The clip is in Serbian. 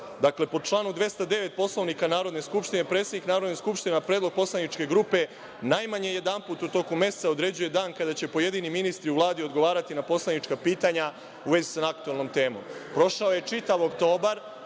po članu 209. Poslovnika Narodne skupštine, predsednik Narodne skupštine na predlog poslaničke grupe najmanje jedanput u toku meseca određuje dan kada će pojedini ministri u Vladi odgovarati na poslanička pitanja u vezi sa aktuelnom temom. Prošao je čitava oktobar,